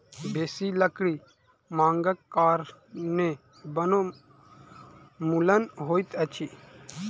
बेसी लकड़ी मांगक कारणें वनोन्मूलन होइत अछि